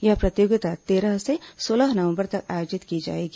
यह प्रतियोगिता तेरह से सोलह नवंबर तक आयोजित की जाएगी